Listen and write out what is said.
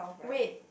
wait